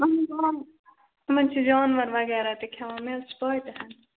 دوٚپُس آ تمَن چھِ جانوَر وغیرہ تہِ کھٮ۪وان مےٚ حظ چھِ پےَ تہِ ہَن